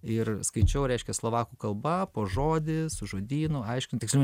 ir skaičiau reiškia slovakų kalba po žodį su žodynu aiškint tiksliau